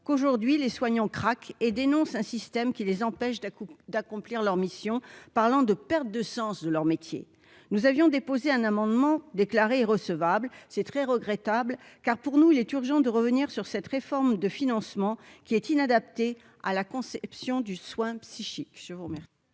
qu'aujourd'hui, les soignants craque et dénonce un système qui les empêchent de la Coupe d'accomplir leur mission, parlant de perte de sens de leur métier, nous avions déposé un amendement déclarée recevable, c'est très regrettable, car pour nous, il est urgent de revenir sur cette réforme de financement qui est inadapté à la conception du soin psychique,